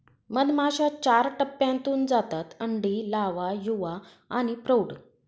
मधमाश्या चार टप्प्यांतून जातात अंडी, लावा, युवा आणि प्रौढ